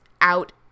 Out